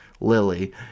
lily